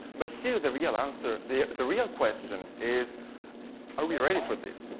but here the real answer, the the real question is are we ready for this?